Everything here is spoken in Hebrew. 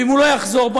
ואם הוא לא יחזור בו,